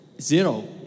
zero